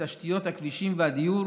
בתשתיות הכבישים והדיור